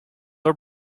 are